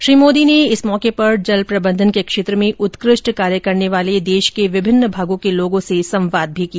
श्री मोदी ने इस मौके पर जल प्रबंधन के क्षेत्र में उत्कृष्ट कार्य करने वाले देश के विभिन्न भागों के लोगों से संवाद भी किया